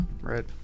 right